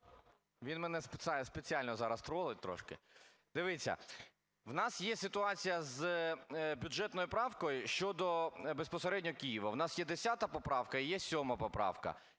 Він мене спеціально зараз тролить трошки. Дивіться, у нас є ситуація з бюджетною правкою щодо безпосередньо Києва: у нас є 10 поправка і є 7 поправка.